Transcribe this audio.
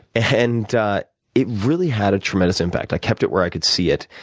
and it really had tremendous impact. i kept it where i could see it,